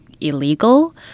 illegal